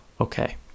Okay